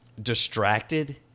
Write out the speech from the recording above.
Distracted